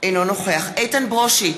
אינו נוכח איתן ברושי,